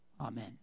Amen